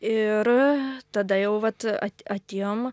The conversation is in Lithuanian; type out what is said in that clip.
ir tada jau vat at atėjom